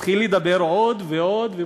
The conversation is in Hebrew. מתחיל לדבר עוד ועוד,